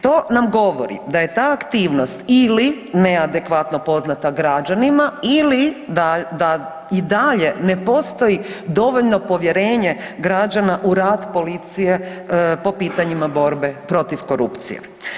To nam govori da je ta aktivnost ili neadekvatno poznata građanima ili da i dalje ne postoji dovoljno povjerenje građana u rad policije po pitanjima borbe protiv korupcije.